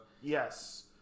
Yes